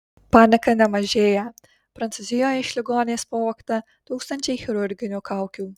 panika nemažėją prancūzijoje iš ligoninės pavogta tūkstančiai chirurginių kaukių